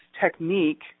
technique